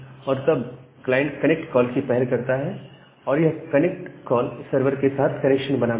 और तब client connect call की पहल करता है और यह कनेक्ट कॉल सर्वर के साथ कनेक्शन बनाता है